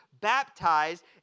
baptized